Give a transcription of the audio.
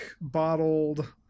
bottled